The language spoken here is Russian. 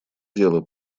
дело